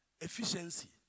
Efficiency